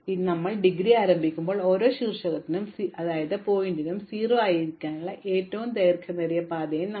അതിനാൽ ഞങ്ങൾ ഡിഗ്രി സമാരംഭിക്കുമ്പോൾ ഓരോ ശീർഷകത്തിനും 0 ആയിരിക്കാനുള്ള ഏറ്റവും ദൈർഘ്യമേറിയ പാതയും ഞങ്ങൾ ആരംഭിക്കുന്നു